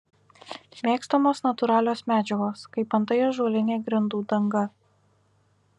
mėgstamos natūralios medžiagos kaip antai ąžuolinė grindų danga